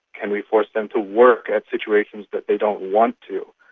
can we force them to work at situations that they don't want to?